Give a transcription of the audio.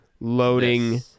loading